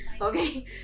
Okay